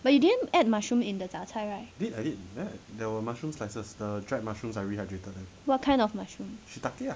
but you didn't add mushroom in the 杂菜 right what kind of mushroom